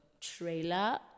trailer